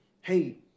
hey